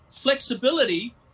flexibility